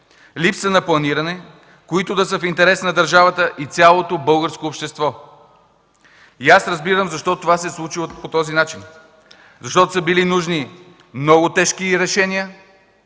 липса на планиране, които да са в интерес на държавата и цялото българско общество. Аз разбирам защо това се е случило по този начин. Защото са били нужни много тежки решения,